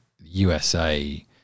USA